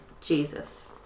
Jesus